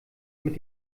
mit